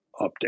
update